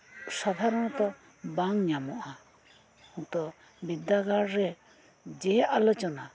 ᱥᱟᱫᱷᱟᱨᱚᱱᱚᱛᱚ ᱵᱟᱝ ᱧᱟᱢᱚᱜ ᱟ ᱛᱚ ᱵᱤᱨᱫᱟᱹᱜᱟᱲ ᱨᱮ ᱡᱮ ᱟᱞᱚᱪᱚᱱᱟ